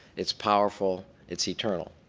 it's powerful, it's eternal.